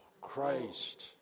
Christ